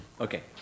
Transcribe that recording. Okay